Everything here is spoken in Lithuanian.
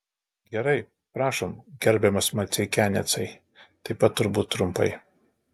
gerai prašom gerbiamas maceikianecai taip pat turbūt trumpai